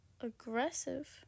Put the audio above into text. aggressive